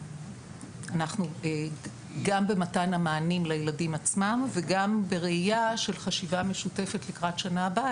גם במתן המענים לילדים עצמם וגם בראיה של חשיבה משותפת לקראת שנה הבאה,